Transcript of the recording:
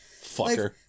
Fucker